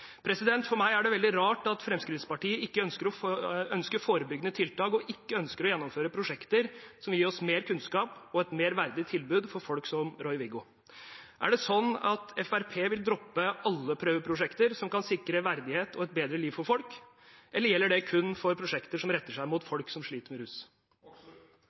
For meg er det veldig rart at Fremskrittspartiet ikke ønsker forebyggende tiltak og ikke ønsker å gjennomføre prosjekter som vil gi oss mer kunnskap og et mer verdig tilbud for folk som Roy Viggo. Er det sånn at Fremskrittspartiet vil droppe alle prøveprosjekter som kan sikre verdighet og et bedre liv for folk, eller gjelder det kun for prosjekter som retter seg mot folk som sliter med rus?